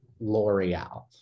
l'oreal